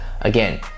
again